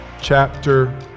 chapter